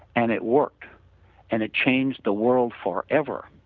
and it worked and it changed the world forever.